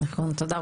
נכון, תודה.